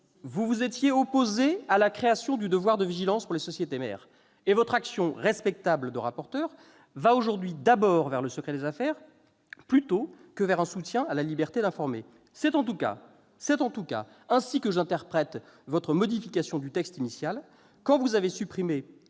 Vous vous étiez opposé à la création du devoir de vigilance pour les sociétés mères, et votre action, respectable, de rapporteur va aujourd'hui d'abord vers le secret des affaires plutôt que vers un soutien à la liberté d'informer. Ce n'est pas vrai ! C'est en tout cas ainsi que j'interprète votre modification du texte initial supprimant le régime